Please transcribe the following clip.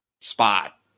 spot